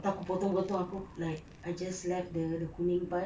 tu aku potong-potong aku like I just left the kuning part